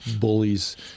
bullies